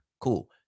cool